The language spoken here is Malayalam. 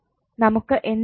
നമുക്ക് എന്ത് കിട്ടും